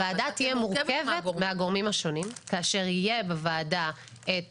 הוועדה תהיה מורכבת מהגורמים השונים כאשר יהיה בוועדה את